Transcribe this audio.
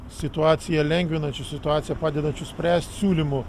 situaciją lengvinančių situaciją padedančių spręst siūlymų